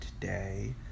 today